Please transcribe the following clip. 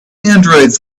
androids